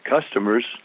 customers